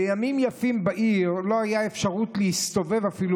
בימים יפים בעיר לא הייתה אפשרות להסתובב אפילו